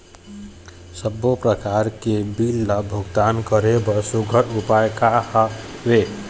सबों प्रकार के बिल ला भुगतान करे बर सुघ्घर उपाय का हा वे?